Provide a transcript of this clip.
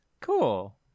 Cool